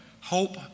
hope